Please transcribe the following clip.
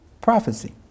prophecy